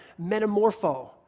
metamorpho